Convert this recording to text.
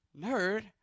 Nerd